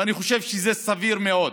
ואני חושב שזה סביר מאוד